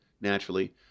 naturally